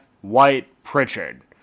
White-Pritchard